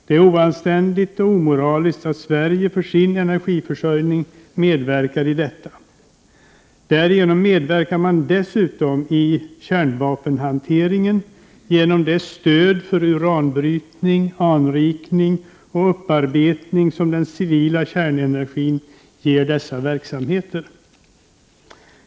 Det är oanständigt och omoraliskt att Sverige för sin energiförsörjning medverkar i detta. Därigenom medverkar man dessutom i kärnvapenhanteringen genom det stöd för uranbrytning, anrikning och upparbetning som den civila kärnenergin ger dessa verksamheter.